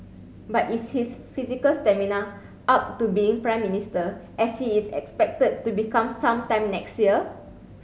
but is his physical stamina up to being Prime Minister as he is expected to become some time next year